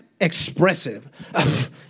expressive